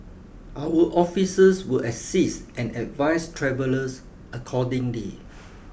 our officers will assist and advise travellers accordingly